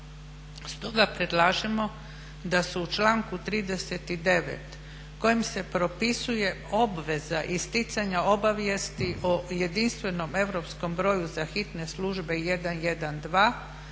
Stoga predlažemo da se u članku 39. kojim se propisuje obveza isticanja obavijesti o jedinstvenom europskom broju za hitne službe 112